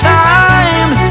time